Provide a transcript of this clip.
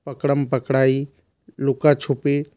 पकड़म पकड़ाई लुका छुपी